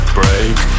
break